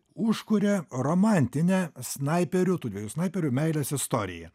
užkuria romantinę snaiperių tų dviejų snaiperių meilės istoriją